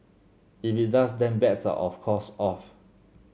if it does then bets are of course off